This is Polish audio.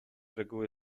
reguły